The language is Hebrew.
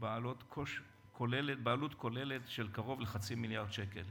בעלות כוללת של קרוב לחצי מיליארד שקל.